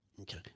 Okay